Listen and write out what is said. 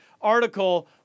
article